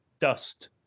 dust